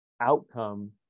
outcome